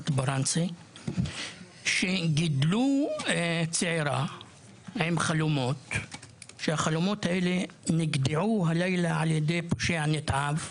הם גידלו צעירה עם חלומות והחלומות האלה נגדעו הלילה על ידי פושע נתעב,